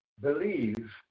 believe